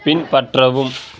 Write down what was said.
பின்பற்றவும்